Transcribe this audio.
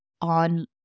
on